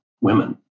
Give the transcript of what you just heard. women